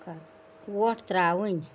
وۄٹھ ترٛاوٕنۍ